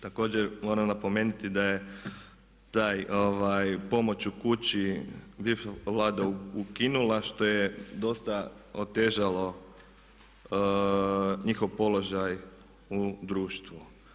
Također moram napomenuti da je ta pomoć u kući Vlada ukinula što je dosta otežalo njihov položaj u društvu.